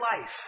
life